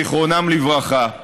זכרם לברכה.